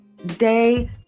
day